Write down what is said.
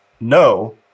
No